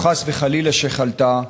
או חס וחלילה שחלתה.